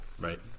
right